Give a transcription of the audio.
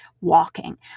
walking